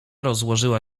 rozłożyła